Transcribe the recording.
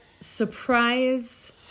surprise